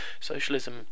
Socialism